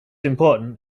important